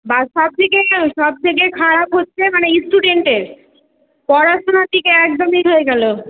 বা সবথেকে সবথেকে খারাপ হচ্ছে মানে স্টুডেন্টের পড়াশুনার দিকে একদম ই হয়ে গেলো